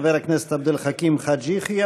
חבר הכנסת עבד אל חכים חאג' יחיא,